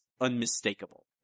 unmistakable